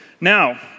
Now